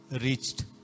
reached